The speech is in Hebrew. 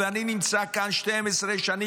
אני נמצא כאן 12 שנים,